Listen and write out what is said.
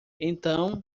então